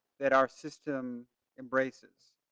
that our system embraces,